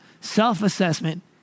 self-assessment